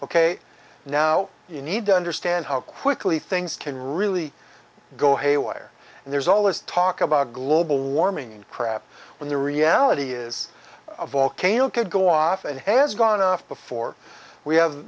ok now you need to understand how quickly things can really go haywire and there's all this talk about global warming crap when the reality is a volcano could go off and has gone off before we have